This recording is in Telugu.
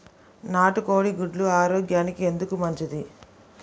నాటు కోడి గుడ్లు ఆరోగ్యానికి ఎందుకు మంచిది?